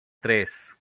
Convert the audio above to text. tres